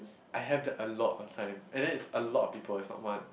I have that a lot of time and then it's a lot of people it's not one